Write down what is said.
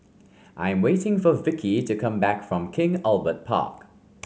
I am waiting for Vikki to come back from King Albert Park